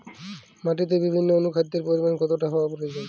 মাটিতে বিভিন্ন অনুখাদ্যের পরিমাণ কতটা হওয়া প্রয়োজন?